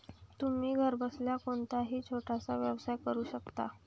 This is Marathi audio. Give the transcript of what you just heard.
तुम्ही घरबसल्या कोणताही छोटासा व्यवसाय सुरू करू शकता